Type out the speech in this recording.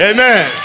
Amen